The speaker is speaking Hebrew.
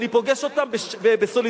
אני פוגש אותם ב"סולידריות",